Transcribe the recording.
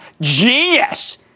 genius